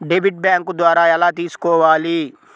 Debit bank ద్వారా ఎలా తీసుకోవాలి?